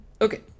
okay